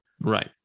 Right